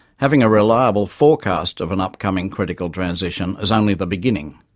having a reliable forecast of an upcoming critical transition is only the beginning.